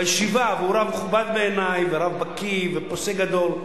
בישיבה, והוא רב מכובד בעיני ורב בקי ופוסק גדול,